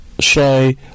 say